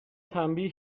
تنبیه